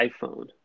iphone